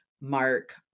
Mark